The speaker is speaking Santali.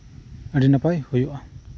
ᱟᱹᱰᱤ ᱱᱟᱯᱟᱭ ᱦᱳᱭᱳᱜᱼᱟ